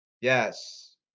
Yes